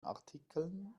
artikeln